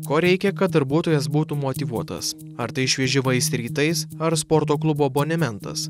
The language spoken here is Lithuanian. ko reikia kad darbuotojas būtų motyvuotas ar tai švieži vaisiai rytais ar sporto klubo abonementas